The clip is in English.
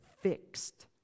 fixed